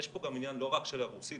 יש פה עניין לא רק של החברה הרוסית,